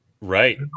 Right